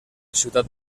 ciutat